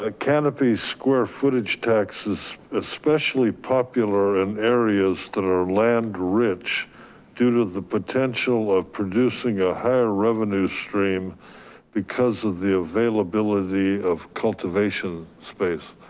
ah canopy square footage tax is especially popular in areas that are land rich due to the potential of producing a higher revenue stream because of the availability of cultivation space.